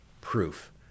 proof